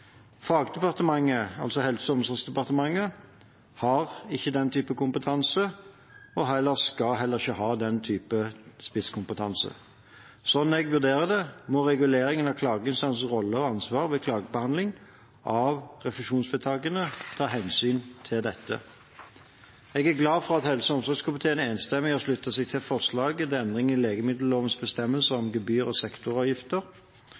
Fagdepartementet, altså Helse- og omsorgsdepartementet, har ikke den type kompetanse og skal heller ikke ha den type spisskompetanse. Sånn jeg vurderer det, må reguleringen av klageinstansens rolle og ansvar ved klagebehandling av refusjonsvedtakene ta hensyn til dette. Jeg er glad for at helse- og omsorgskomiteen enstemmig har sluttet seg til forslaget til endring i legemiddellovens bestemmelser